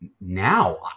now